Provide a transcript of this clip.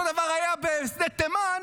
אותו דבר היה בשדה תימן,